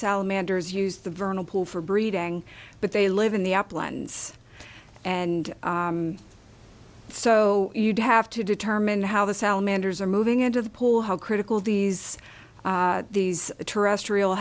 salamanders use the vernal pool for breeding but they live in the uplands and so you'd have to determine how the salamanders are moving into the pool how critical these these terrestrial